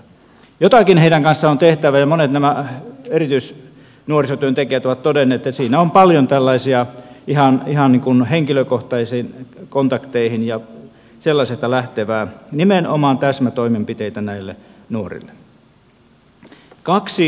jotakin heidän kanssaan on tehtävä ja monet näistä erityisnuorisotyöntekijöistä ovat todenneet että siinä on paljon tällaisia ihan henkilökohtaisiin kontakteihin liittyviä ja sellaisesta lähteviä nimenomaan täsmätoimenpiteitä näille nuorille